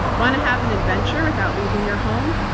want to have an adventure without leaving your home?